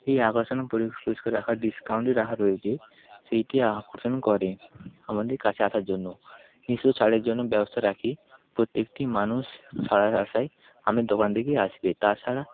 এই আকর্ষণ পুরু পুরস্কার রাখার ডিসকাউন্ট রাখা রয়েছে সেইটি আকর্ষণ করে আমাদের কাছে আসার জন্য কিছু ছাড়ের জন্য ব্যবস্থা রাখি প্রত্যেকটি মানুষ ছাড়ের আশায় আমে দোকান দেখেই আসবে তাছাড়া